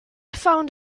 found